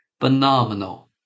phenomenal